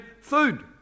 Food